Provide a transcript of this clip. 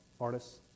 artists